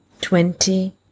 Twenty